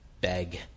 beg